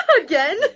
Again